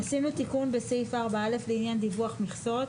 עשינו תיקון בסעיף (4)(א) לעניין דיווח מכסות,